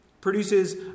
produces